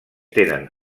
tenen